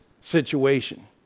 situation